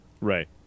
Right